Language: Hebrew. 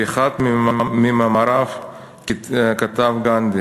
באחד ממאמריו כתב גנדי